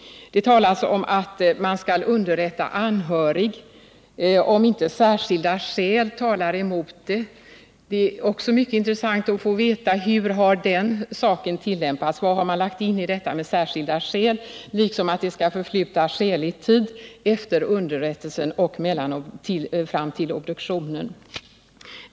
Det talas om att man skall underrätta anhörig om inte särskilda skäl talar emot det. Det är också mycket intressant att få veta hur den skrivningen har tillämpats, vad man har lagt in i orden ”särskilda skäl” liksom uttrycket att det skall förflyta skälig tid efter underrättelsen och fram till obduktionen.